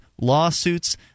lawsuits